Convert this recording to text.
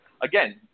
Again